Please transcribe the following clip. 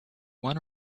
one